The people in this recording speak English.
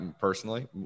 personally